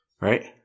right